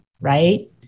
Right